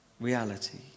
reality